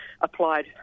applied